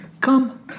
come